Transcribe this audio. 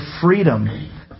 freedom